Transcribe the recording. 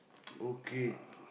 okay